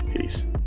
Peace